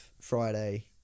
Friday